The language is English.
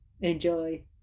enjoy